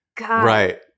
Right